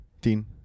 dean